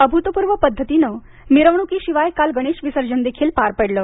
अभुतपूर्व पद्धतीनं मिरवणूकीशिवाय काल गणेश विसर्जन देखील पार पडलं